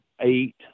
eight